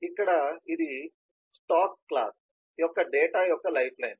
ఇక్కడ ఇది stack class యొక్క డేటా యొక్క లైఫ్ లైన్